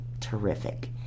terrific